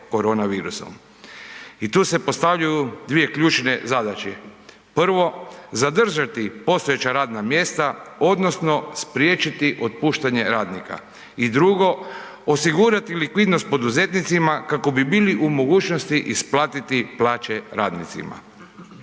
I tu se postavljaju dvije ključne zadaće. Prvo, zadržati postojeća radna mjesta odnosno spriječiti otpuštanje radnika i drugo, osigurati likvidnost poduzetnicima kako bi bili u mogućnosti isplatiti plaće radnicima.